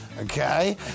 Okay